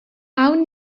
awn